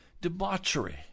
debauchery